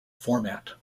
format